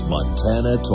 Montana